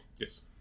Yes